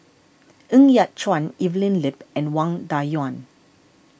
Ng Yat Chuan Evelyn Lip and Wang Dayuan